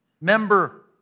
member